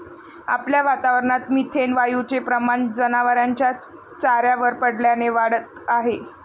आपल्या वातावरणात मिथेन वायूचे प्रमाण जनावरांच्या चाऱ्यावर पडल्याने वाढत आहे